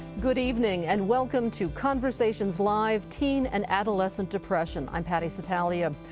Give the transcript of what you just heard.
good evening and welcome to conversations live, teen and adolescent depression. i'm patty satalia.